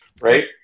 Right